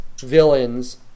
villains